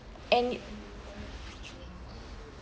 and